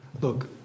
Look